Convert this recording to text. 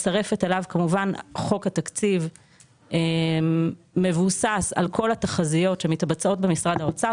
חוק התקציב מבוסס על כל התחזיות שמתבצעות במשרד האוצר,